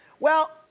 well,